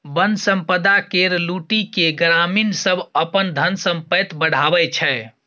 बन संपदा केर लुटि केँ ग्रामीण सब अपन धन संपैत बढ़ाबै छै